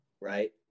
Right